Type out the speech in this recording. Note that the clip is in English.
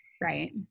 Right